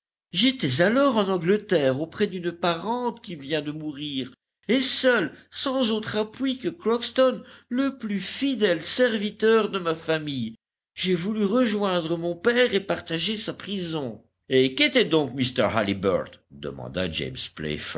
j'étais alors en angleterre auprès d'une parente qui vient de mourir et seule sans autre appui que crockston le plus fidèle serviteur de ma famille j'ai voulu rejoindre mon père et partager sa prison et qu'était donc m halliburtt demanda james